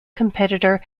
competitor